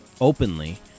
openly